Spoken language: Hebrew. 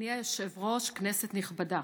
אדוני היושב-ראש, כנסת נכבדה,